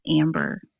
Amber